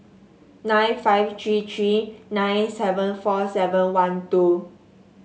nine five three three nine seven four seven one two